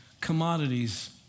commodities